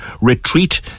retreat